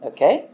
Okay